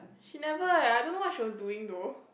she never eh I don't know what she was doing though